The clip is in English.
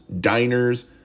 diners